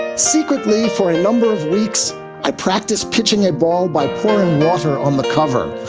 secretly for a number of weeks i practiced pitching a ball by pouring water on the cover.